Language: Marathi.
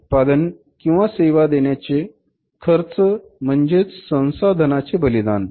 उत्पादन किंवा सेवा देण्याचे खर्च म्हणजे संसाधनांचे बलिदान